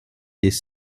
des